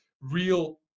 real